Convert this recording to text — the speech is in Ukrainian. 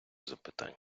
запитань